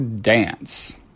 dance